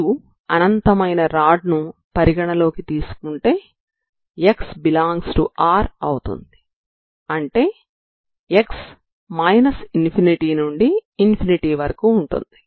మీరు అనంతమైన రాడ్ ని పరిగణలోకి తీసుకుంటే x∈R అవుతుంది అంటే x ∞ నుండి ∞ వరకు ఉంటుంది